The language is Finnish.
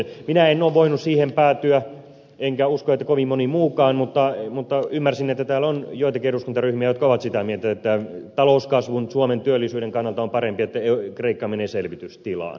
minä en ole voinut siihen päätyä enkä usko että kovin moni muukaan mutta ymmärsin että täällä on joitakin eduskuntaryhmiä jotka ovat sitä mieltä että talouskasvun suomen työllisyyden kannalta on parempi että kreikka menee selvitystilaan